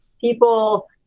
people